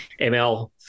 ML